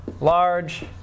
Large